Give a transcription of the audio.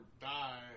die